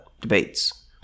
debates